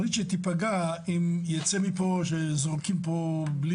ברית שתיפגע אם יצא מפה שזורקים פה בלי